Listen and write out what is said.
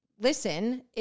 listen